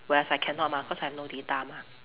whereas I cannot mah cause I have no data mah